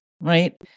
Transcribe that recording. right